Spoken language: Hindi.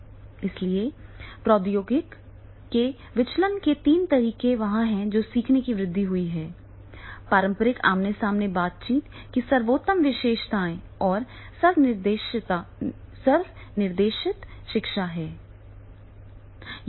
इसलिए इसलिए प्रौद्योगिकी के विचलन के तीन तरीके वहाँ हैं जो सीखने में वृद्धि हुई है पारंपरिक आमने सामने बातचीत की सर्वोत्तम विशेषताएं और स्व निर्देशित शिक्षा है